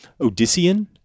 Odyssean